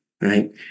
right